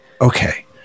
Okay